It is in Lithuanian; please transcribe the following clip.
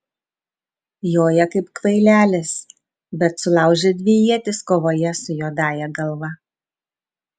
joja kaip kvailelis bet sulaužė dvi ietis kovoje su juodąja galva